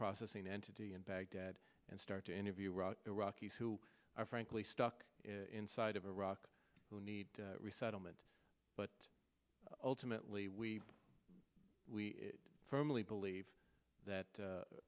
processing entity in baghdad and start to interview out iraqis who are frankly stuck inside of iraq who need resettlement but ultimately we we firmly believe that